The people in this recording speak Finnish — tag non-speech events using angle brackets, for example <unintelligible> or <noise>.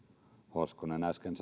hoskonen äsken <unintelligible>